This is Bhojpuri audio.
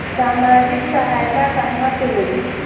सामाजिक सहायता कहवा से मिली?